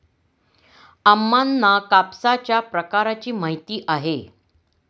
अम्मांना कापसाच्या प्रकारांची माहिती आहे